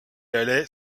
allait